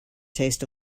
taste